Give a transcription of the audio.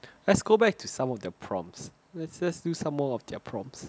let's go back to some of the prompts let's just do some more of their prompts